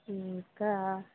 ఇంకా